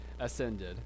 ascended